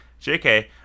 JK